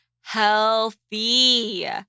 healthy